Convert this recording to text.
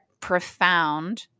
profound